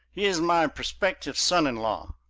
he is my prospective son-in-law,